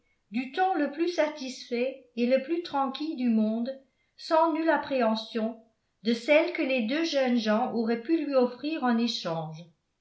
du ton le plus satisfait et le plus tranquille du monde sans nulle appréhension de celle que les deux jeunes gens auraient pu lui offrir en échange